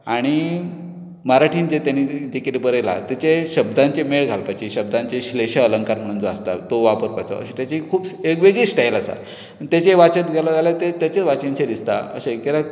आनी मराठींत जें ताणी कितें बरयलां ताचे शब्दांची मेर घालपाची शब्दांची क्ष्लेश अलंकार म्हणून तो वापरपाचो अशी ताची एक खूब एक वेगळी स्टायल आसा आनी ताचें वाचत गेलो जाल्यार ताचेंच वाचन शें दिसता